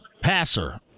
passer